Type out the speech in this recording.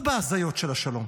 לא בהזיות של השלום,